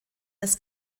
des